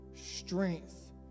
strength